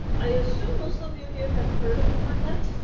i assume most of you here have heard of wordnet?